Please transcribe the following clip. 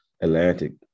Atlantic